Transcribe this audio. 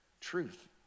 truth